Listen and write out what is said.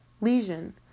lesion